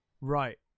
right